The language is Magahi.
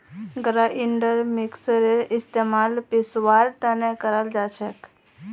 ग्राइंडर मिक्सरेर इस्तमाल पीसवार तने कराल जाछेक